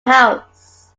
house